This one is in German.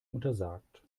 untersagt